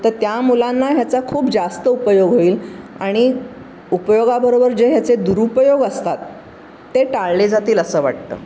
तर त्या मुलांना ह्याचा खूप जास्त उपयोग होईल आणि उपयोगाबरोबर जे ह्याचे दुरुपयोग असतात ते टाळले जातील असं वाटतं